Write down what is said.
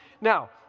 Now